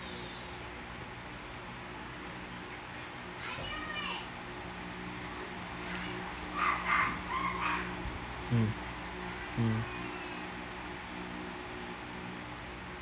mm mm